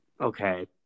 Okay